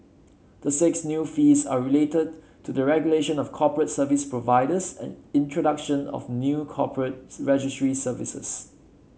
the six new fees are related to the regulation of corporate service providers and introduction of new corporate registry services